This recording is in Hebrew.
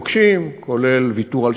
כולל פינוי מוקשים,